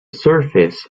surface